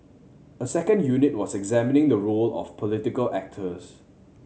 a second unit was examining the role of political actors